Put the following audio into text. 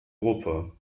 gruppe